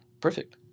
Perfect